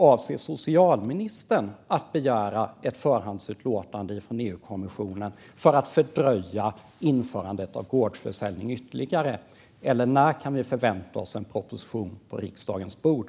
Avser socialministern att begära ett förhandsutlåtande från EU-kommissionen för att fördröja införandet av gårdsförsäljning ytterligare? När kan vi förvänta oss en proposition på riksdagens bord?